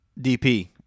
DP